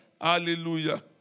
Hallelujah